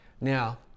Now